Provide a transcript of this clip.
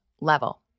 level